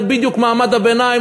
זה בדיוק מעמד הביניים,